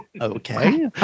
okay